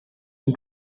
and